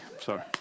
sorry